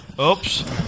Oops